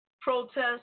protests